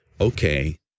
okay